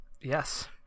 Yes